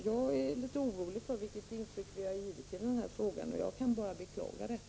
Jag är litet orolig för vilket intryck vi har givit i denna fråga, och jag kan bara beklaga det.